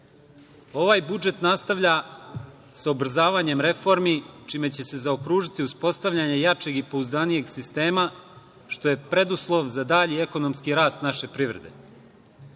budžet nastavlja sa ubrzavanjem reformi čime će se zaokružiti uspostavljanje jačeg i pouzdanijeg sistema, što je preduslov za dalji ekonomski rast naše privrede.